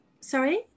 sorry